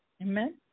amen